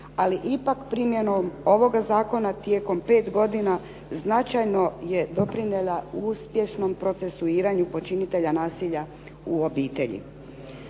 ali ipak primjenom ovoga zakona tijekom 5 godina značajno je doprinijela uspješnom procesuiranju počinitelja nasilja u obitelji.